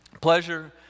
Pleasure